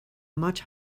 much